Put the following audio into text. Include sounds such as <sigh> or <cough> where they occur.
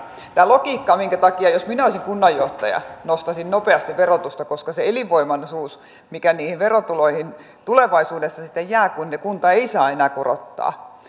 tämän logiikan takia jos minä olisin kunnanjohtaja nostaisin nopeasti verotusta koska on se elinvoimaisuus mikä niihin verotuloihin tulevaisuudessa sitten jää kun kunta ei saa enää korottaa <unintelligible>